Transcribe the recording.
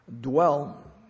Dwell